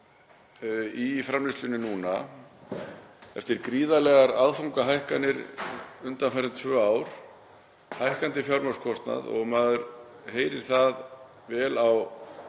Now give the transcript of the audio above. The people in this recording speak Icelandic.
í framleiðslunni núna eftir gríðarlegar aðfangahækkanir undanfarin tvö ár, hækkandi fjármagnskostnað, og maður heyrir það vel á